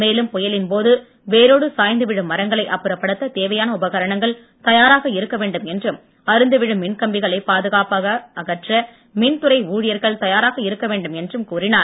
மேலும் புயலின்போது வேறோடு சாய்ந்து விழும் மரங்களை அப்புறப்படுத்த தேவையான உபகரணங்கள் தயாராக இருக்க வேண்டும் என்றும் அறுந்துவிழும் மின்கம்பிகளை பாதுகாப்பாக அகற்ற மின்துறை ஊழியர்கள் தயாராக இருக்க வேண்டும் என்றும் கூறினார்